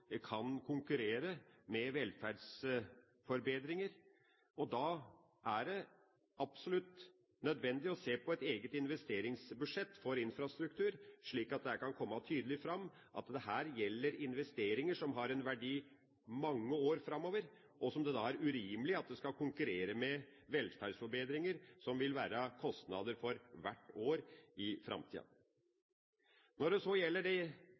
kan konkurrere med velferdsforbedringer. Da er det absolutt nødvendig å se på et eget investeringsbudsjett for infrastruktur, slik at det kan komme tydelig fram at dette gjelder investeringer som har en verdi i mange år framover, og som det er urimelig skal konkurrere med velferdsforbedringer som vil være kostnader for hvert år i framtida. Til det stadig tilbakevendende punktet om Offentlig Privat Samarbeid når det